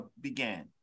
began